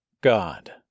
God